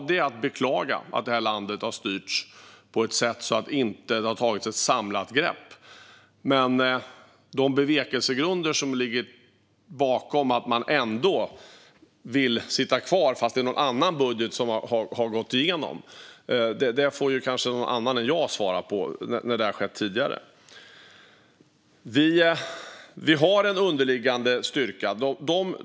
Det är att beklaga att det här landet har styrts på ett sätt som har gjort att det inte har tagits ett samlat grepp. När det gäller frågor om de bevekelsegrunder som ligger bakom att man vill sitta kvar trots att det är någon annans budget som har gått igenom får någon annan än jag svara. Vi har en underliggande styrka.